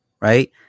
right